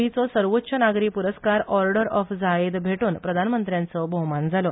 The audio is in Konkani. ईचो सर्वोच्च नागरी पुरस्कार ऑर्डर ऑफ झायेद भेटोवन प्रधानमंत्र्यांचो भौमान जालो